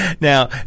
Now